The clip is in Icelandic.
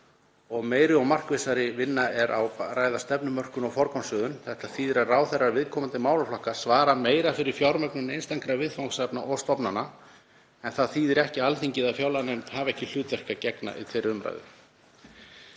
og meiri og markvissari vinna er við að ræða stefnumörkun og forgangsröðun. Þetta þýðir að ráðherrar viðkomandi málaflokka svara meira fyrir fjármögnun einstakra viðfangsefna og stofnana en það þýðir ekki að Alþingi eða fjárlaganefnd hafi ekki hlutverki að gegna í þeirri umræðu.